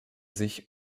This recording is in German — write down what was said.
sich